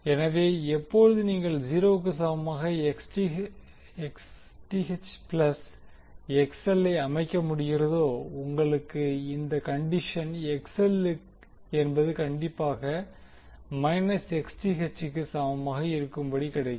எனவே எப்போது நீங்கள் 0 வுக்கு சமமாக Xth ப்ளஸ் XL ஐ அமைக்க முடிகிறதோ உங்களுக்கு இந்த கண்டிஷன் XL என்பது கண்டிப்பாக மைனஸ் ஆப் Xth க்கு சமமாக இருக்கும்படி கிடைக்கும்